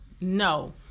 no